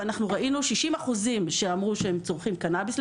וראינו 60% שאמרו שהם צורכים קנאביס,